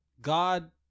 God